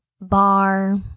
bar